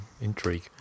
intrigue